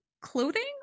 clothing